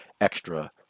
extra